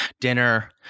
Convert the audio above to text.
Dinner